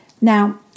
Now